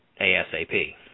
ASAP